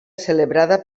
celebrada